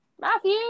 Matthew